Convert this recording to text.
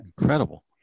incredible